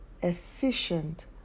efficient